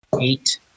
eight